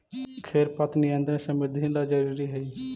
खेर पात नियंत्रण समृद्धि ला जरूरी हई